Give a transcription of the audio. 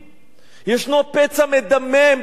ישנו פצע מדמם, פתוח,